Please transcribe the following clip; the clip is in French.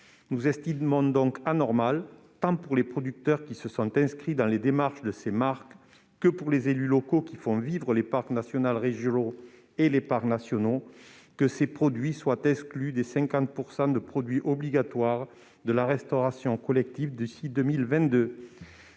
Nous estimons anormal, tant pour les producteurs qui se sont inscrits dans les démarches de ces marques que pour les élus locaux qui font vivre les parcs naturels régionaux et les parcs nationaux, que ces produits soient exclus des 50 % de produits obligatoires de la restauration collective d'ici à 2022.